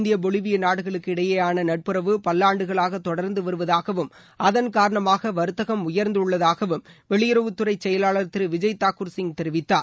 இந்திய பொலிவிய நாடுகளுக்கு இடைபேயான நட்புறவு பல்லாண்டுகளாக தொடர்ந்து வருவதாகவும் அதன் காரணமாக வர்த்தகம் உயர்ந்துள்ளதாகவும் வெளியுறவுத்துறை செயலாளர் திரு விஜய் தாக்கூர் சிங் தெரிவித்தார்